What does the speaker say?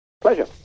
Pleasure